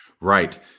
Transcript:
Right